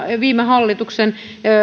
viime hallituksen